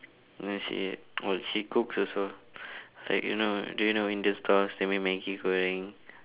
no she oh she cooks also like you know do you know indian stores they make Maggi goreng